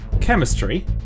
Chemistry